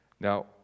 Now